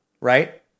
right